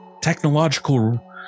technological